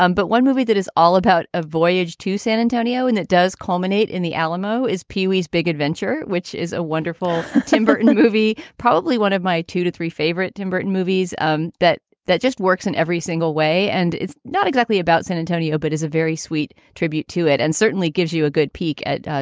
um but one movie that is all about a voyage to san antonio and it does culminate in the alamo is pee-wee's big adventure, which is a wonderful tim burton movie, probably one of my two to three favorite tim burton movies um that that just works in every single way. and it's not exactly about san antonio, but is a very sweet tribute to it and certainly gives you a good peek at.